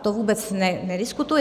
To vůbec nediskutuji.